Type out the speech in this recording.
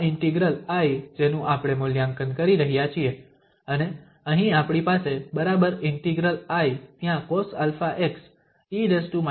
આ integral I જેનું આપણે મૂલ્યાંકન કરી રહ્યા છીએ અને અહીં આપણી પાસે બરાબર ઇન્ટિગ્રલ I ત્યાં cosαx e−ax2 સાથે છે